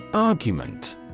Argument